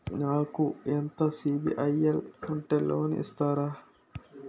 నాకు ఎంత సిబిఐఎల్ ఉంటే లోన్ ఇస్తారు?